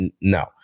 no